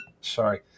Sorry